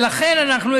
ולכן אנחנו,